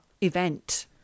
event